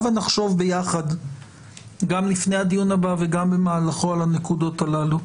אנא נחשוב ביחד גם לפני הדיון הבא וגם במהלכו על הנקודות הללו.